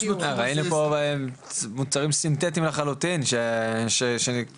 אלה מוצרים סינטטיים לחלוטין שפורצים